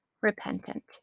repentant